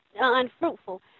unfruitful